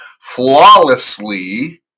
flawlessly